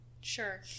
Sure